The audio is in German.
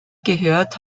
gehört